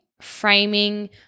framing